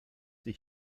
sie